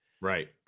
Right